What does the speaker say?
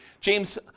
James